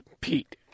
pete